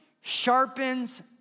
sharpens